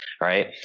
right